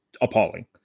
appalling